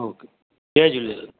okay जय झूलेलाल